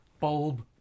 bulb